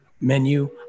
Menu